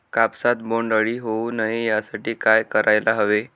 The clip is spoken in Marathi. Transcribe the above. कापसात बोंडअळी होऊ नये यासाठी काय करायला हवे?